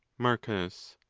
marcus.